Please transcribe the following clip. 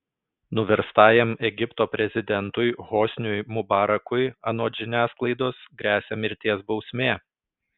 nuverstajam egipto prezidentui hosniui mubarakui anot žiniasklaidos gresia mirties bausmė